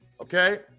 Okay